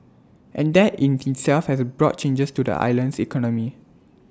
and that in itself has brought changes to the island's economy